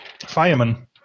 fireman